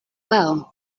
well